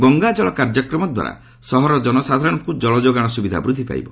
ଗଙ୍ଗା ଜଳ କାର୍ଯ୍ୟକ୍ରମ ଦ୍ୱାରା ସହରର ଜନସାଧାରଣଙ୍କୁ ଜଳଯୋଗାଣ ସୁବିଧା ବୃଦ୍ଧି ପାଇବ